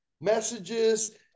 messages